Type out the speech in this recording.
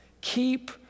Keep